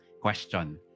Question